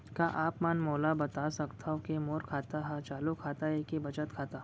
का आप मन मोला बता सकथव के मोर खाता ह चालू खाता ये के बचत खाता?